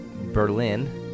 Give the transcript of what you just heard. Berlin